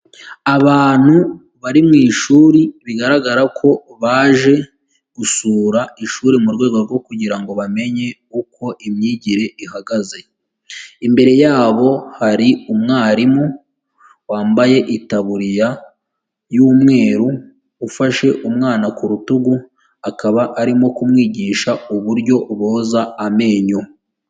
Abantu bari mu ishuri bigaragara ko baje gusura ishuri mu rwego rwo kugira ngo bamenye uko imyigire ihagaze, imbere yabo hari umwarimu wambaye itaburiya y'umweru ufashe umwana ku rutugu akaba arimo kumwigisha uburyo boza amenyo.